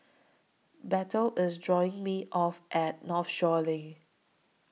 Bethel IS dropping Me off At Northshore LINK